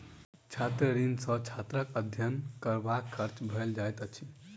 छात्र ऋण सॅ छात्रक अध्ययन करबाक खर्च भरल जाइत अछि